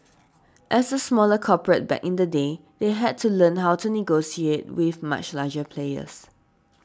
as a smaller corporate back in the day they had to learn how to negotiate with much larger players